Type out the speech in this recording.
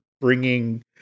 bringing